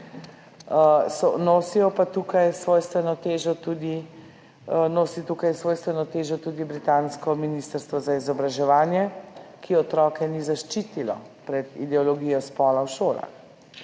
Nosi pa tukaj svojstveno težo tudi britansko ministrstvo za izobraževanje, ki otroke ni zaščitilo pred ideologijo spola v šolah.